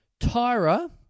Tyra